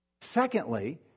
Secondly